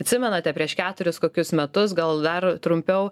atsimenate prieš keturis kokius metus gal dar trumpiau